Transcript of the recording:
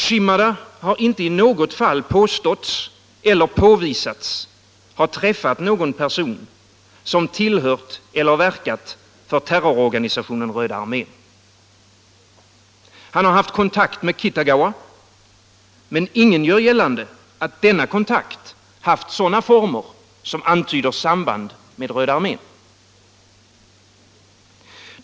Shimada har inte i något fall påståtts eller påvisats ha träffat någon person som tillhört eller verkat för terrororganisationen Röda armén. Han har haft kontakt med Kitagawa, men ingen gör gällande att denna kontakt haft sådana former som antyder samband med Röda armén.